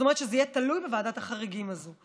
זאת אומרת שזה יהיה תלוי בוועדת החריגים הזאת.